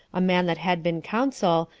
a man that had been consul,